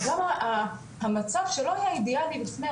אז גם המצב שלא היה אידיאלי לפני,